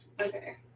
Okay